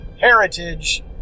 heritage